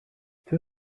two